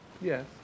Yes